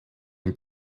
him